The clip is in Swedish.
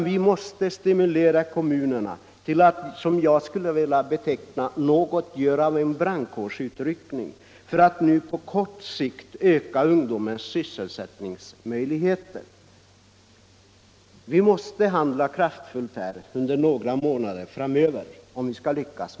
Vi måste stimulera kommunerna till att göra något av en brandkårsutryckning för att på kort sikt öka ungdomens sysselsättningsmöjligheter. Vi måste här handla kraftfullt under några månader framöver om vi skall lyckas.